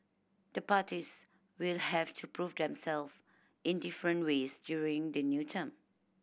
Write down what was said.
the parties will have to prove themself in different ways during the new term